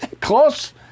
close